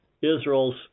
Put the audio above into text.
Israel's